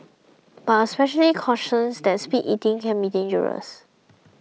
but a specialist cautions that speed eating can be dangerous